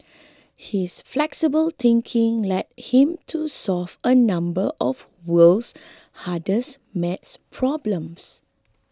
his flexible thinking led him to solve a number of the world's hardest maths problems